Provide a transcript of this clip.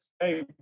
hey